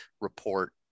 report